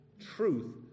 truth